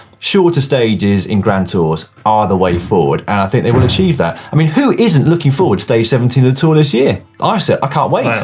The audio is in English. shorter stages in grand tours are the way forward and i think they will achieve that. i mean who isn't looking forward stage seventeen of the tour this year? i said i can't wait. yeah